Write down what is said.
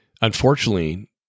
unfortunately